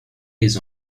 les